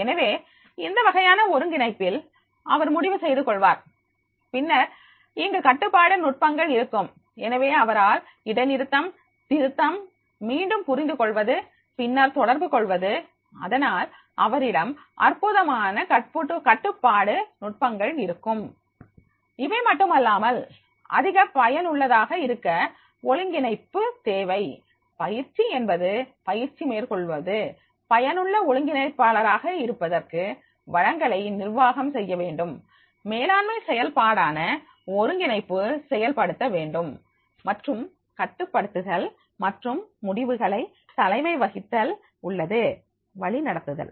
எனவே இந்த வகையான ஒருங்கிணைப்பில் அவர் முடிவு செய்துகொள்வார் பின்னர் இங்கு கட்டுப்பாடு நுட்பங்கள் இருக்கும் எனவே அவரால் இடை நிறுத்தம் திருத்தம் மீண்டும் புரிந்து கொள்வது பின்னர் தொடர்பு கொள்வது அதனால் அவரிடம் அற்புதமான கட்டுப்பாடு நுட்பங்கள் இருக்கும் இவை மட்டுமல்லாமல் அதிக பயனுள்ளதாக இருக்க ஒருங்கிணைப்பு தேவை பயிற்சி என்பது பயிற்சி மேற்கொள்வது பயனுள்ள ஒருங்கிணைப்பாளராக இருப்பதற்கு வளங்களை நிர்வாகம் செய்ய வேண்டும் மேலாண்மை செயல்பாடான ஒருங்கிணைப்பு செயல்படுத்த வேண்டும் மற்றும் கட்டுப்படுத்துதல் மற்றும் முடிவுகள் தலைமை வகித்தல் உள்ளது வழிநடத்துதல்